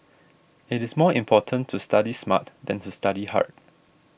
it is more important to study smart than to study hard